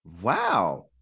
Wow